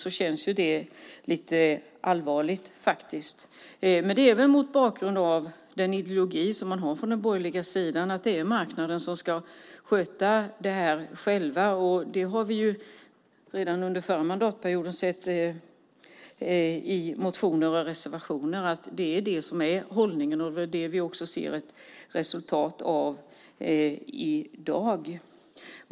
Det känns faktiskt lite allvarligt. Men det görs väl mot bakgrund av den ideologi som man har på den borgerliga sidan, att det är marknaden som ska sköta det här själv. Vi har ju redan under förra mandatperioden sett i motioner och reservationer att det är det som är hållningen, och det är det vi också ser ett resultat av i dag.